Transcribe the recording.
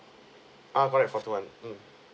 ah correct for two one mm